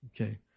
Okay